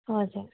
हजुर